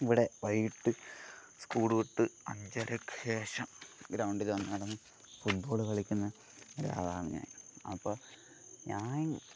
ഇവിടെ വൈകിയിട്ട് സ്കൂളുവിട്ട് അഞ്ചരയ്ക്കു ശേഷം ഗ്രൗണ്ടിൽ വന്നതാണ് ഫുട് ബോൾ കളിക്കുന്ന ഒരാളാണ് ഞാൻ അപ്പം ഞാൻ